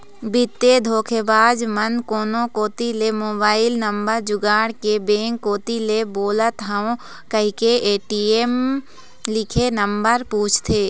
बित्तीय धोखेबाज मन कोनो कोती ले मोबईल नंबर जुगाड़ के बेंक कोती ले बोलत हव कहिके ए.टी.एम म लिखे नंबर पूछथे